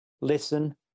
listen